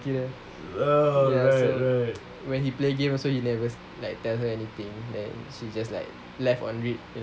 ya so when he play game he also never tell her anything so she left on read